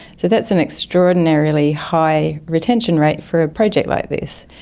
so that's an extraordinarily high retention rate for a project like this.